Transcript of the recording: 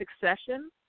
succession